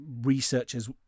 researchers